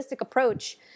approach